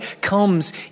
comes